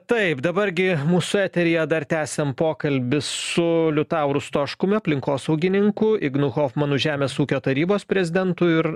taip dabar gi mūsų eteryje dar tęsiam pokalbį su liutauru stoškumi aplinkosaugininku ignu hofmanu žemės ūkio tarybos prezidentu ir